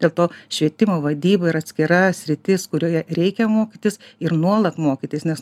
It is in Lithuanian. dėl to švietimo vadyba yra atskira sritis kurioje reikia mokytis ir nuolat mokytis nes